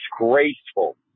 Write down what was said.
disgraceful